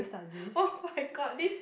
[oh]-my-god this